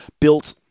built